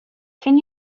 can